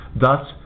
Thus